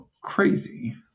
crazy